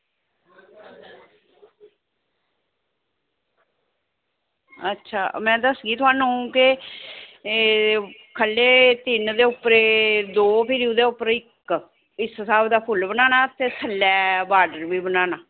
अच्छा में दस्सगी थुआनू कि एह् खल्लै तिन ते उप्परै दो ते ओह्दे उप्परै इक इस स्हाब दा फुल्ल बनाना ते थल्लै बार्डर बी बनाना